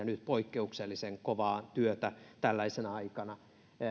nyt poikkeuksellisen kovaa työtä tällaisena aikana